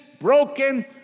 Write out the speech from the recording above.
broken